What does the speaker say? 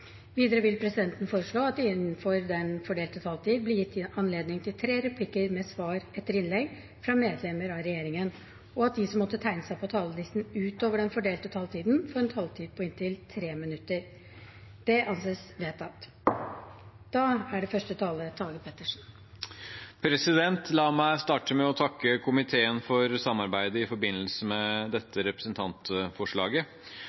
Videre vil presidenten foreslå at det – innenfor den fordelte taletid – blir gitt anledning til inntil tre replikker med svar etter innlegg fra medlemmer av regjeringen, og at de som måtte tegne seg på talerlisten utover den fordelte taletid, får en taletid på inntil 3 minutter. – Det anses vedtatt. La meg starte med å takke komiteen for samarbeidet i forbindelse med